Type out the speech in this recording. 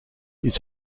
his